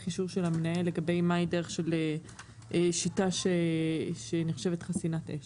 אישור של המנהל לגבי מהי הדרך של שיטה שנחשבת חסינת אש.